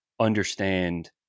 understand